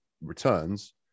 returns